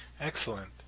Excellent